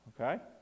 okay